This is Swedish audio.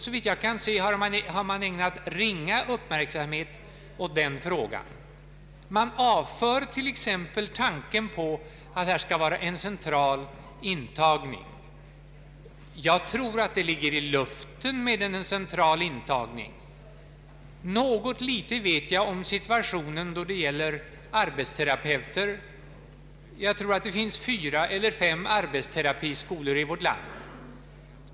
Såvitt jag kan se har man ägnat ringa uppmärksamhet åt detta. Man avvisar t.ex. tanken på att det skall vara en central intagning. Jag tror emellertid att en central intagning ”ligger i luften”. Något litet vet jag om situationen när det gäller utbildningen av arbetsterapeuter. Jag tror att det finns fyra eller fem arbetsterapiskolor i vårt land.